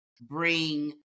bring